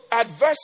adversity